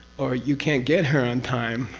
or you can't get here on time,